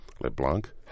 LeBlanc